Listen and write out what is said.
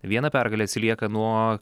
viena pergale atsilieka nuo